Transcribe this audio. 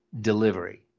delivery